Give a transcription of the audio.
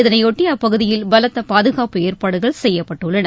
இதனையொட்டி அப்பகுதியில் பலத்த பாதுகாப்பு ஏற்பாடுகள் செய்யப்பட்டுள்ளன